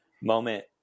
moment